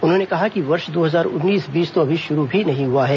उन्होंने कहा कि वर्ष दो हजार उन्नीस बीस तो अभी शुरू भी नहीं हुआ है